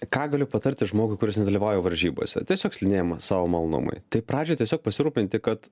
ką galiu patarti žmogui kuris nedalyvauja varžybose tiesiog slidinėjama savo malonumui tai pradžiai tiesiog pasirūpinti kad